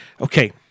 okay